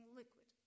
liquid